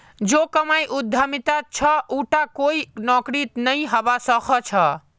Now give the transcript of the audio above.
जो कमाई उद्यमितात छ उटा कोई नौकरीत नइ हबा स ख छ